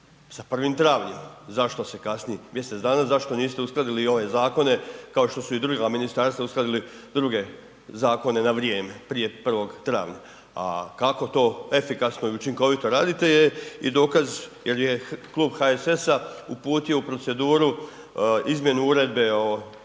sa 1. travnja. Zašto se kasni mjesec dana, zašto niste uskladili i ove zakone, kao što su i druga ministarstva uskladili druge zakone na vrijeme, prije 1. travnja? A kako to efikasno i učinkovito radite je i dokaz jer je Klub HSS-a uputio u proceduru izmjenu Uredbe o